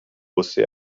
você